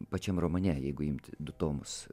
pačiam romane jeigu imt du tomus